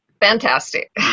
fantastic